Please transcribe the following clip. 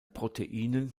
proteinen